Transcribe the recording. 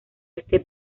este